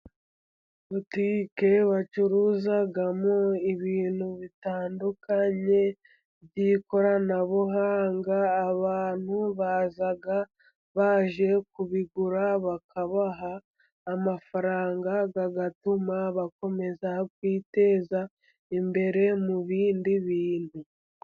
Butiki bacuruzamo ibintu bitandukanye by’ikoranabuhanga. Abantu baza baje kubigura, bakabaha amafaranga, agatuma bakomeza kwiteza imbere mu bindi bintu.